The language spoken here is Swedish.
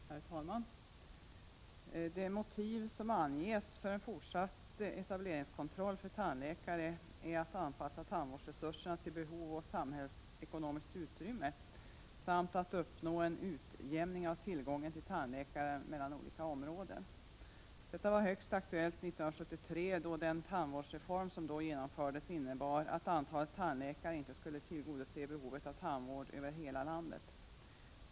Herr talman! De motiv som anges för en fortsatt etableringskontroll för tandläkare är att anpassa tandvårdsresurserna till behov och samhällsekonomiskt utrymme samt att uppnå en utjämning av tillgången till tandläkare mellan olika områden. Detta var högst aktuellt 1973, då den tandvårdsreform som genomfördes innebar att antalet tandläkare inte skulle tillgodose behovet av tandvård över hela landet.